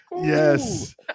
yes